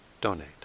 donate